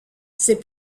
c’est